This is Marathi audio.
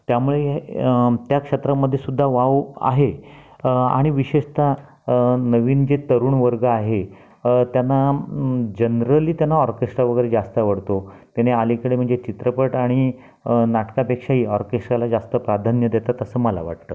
त्यामुळे त्या क्षेत्रामध्येसुद्धा वाव आहे आणि विशेषतः नवीन जे तरुण वर्ग आहे त्यांना जनरली त्यांना ऑर्केस्ट्रा वगैरे जास्त आवडतो त्यांनी अलीकडे म्हणजे चित्रपट आणि नाटकापेक्षाही ऑर्केस्टाला जास्त प्राधान्य देतात असं मला वाटतं